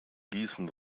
gießen